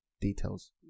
details